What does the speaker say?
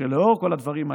שלאור כל הדברים האלה,